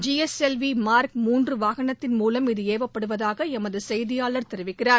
G S V mark மூன்று வாகனத்தின் மூலம் இது ஏவப்படுவதாக எமது செய்தியாளர் தெரிவிக்கிறார்